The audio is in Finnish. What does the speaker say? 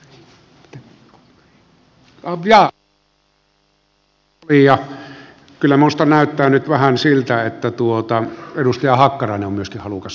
ja kyllä minusta näyttää nyt vähän siltä että edustaja hakkarainen on myöskin halukas käyttämään vastauspuheenvuoron